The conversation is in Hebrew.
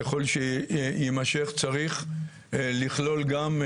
ככל שיימשך, צריך לכלול גם,